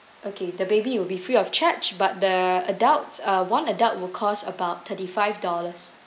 okay the baby will be free of charge but the adults uh one adult will cost about thirty-five dollars